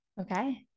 Okay